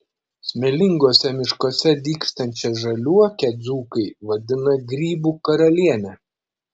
smėlinguose miškuose dygstančią žaliuokę dzūkai vadina grybų karaliene